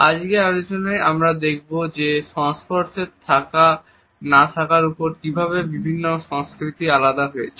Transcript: আজকের আলোচনায় আমরা দেখবো যে সংস্পর্শে থাকা না থাকার ওপর কিভাবে বিভিন্ন সংস্কৃতি আলাদা হয়েছে